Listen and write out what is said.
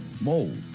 mold